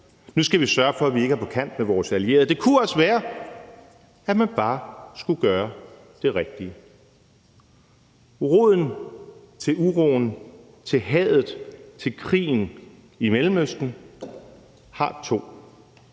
Nu skal vi sørge for, at vi ikke er på kant med vores allierede. Det kunne også være, at man bare skulle gøre det rigtige. Roden til uroen, til hadet og til krigen i Mellemøsten er